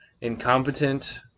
incompetent